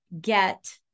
get